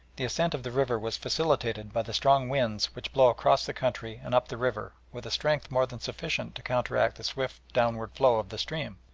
the ascent of the river was facilitated by the strong winds which blow across the country and up the river with a strength more than sufficient to counteract the swift downward flow of the stream.